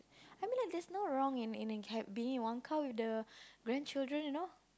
I mean like there is no wrong in in it can being one count with the grandchildren you know